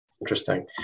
Interesting